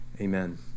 amen